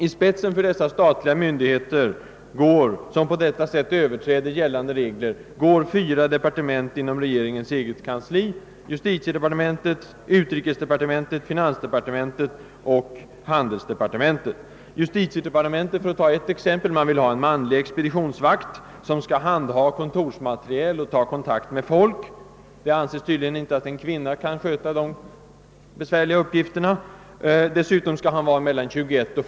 I spetsen för dessa statliga myndig heter som öÖverträder gällande regler står fyra departement inom regeringens eget :kansli: justitiedepartementet,: utrikesdepartementet, finansdepartementet och handelsdepartementet. " Justitiedepartementet vill t.ex. ha en manlig expeditionsvakt som skall handha: kontorsmateriel och ta kontakt med folk. Det anses tydligen att en kvinna inte kan sköta de besvärliga uppgifterna. Dessutom skall han vara mellan 21 och.